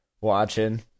watching